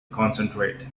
concentrate